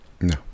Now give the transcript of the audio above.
No